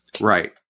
Right